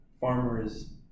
farmers